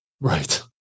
Right